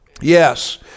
Yes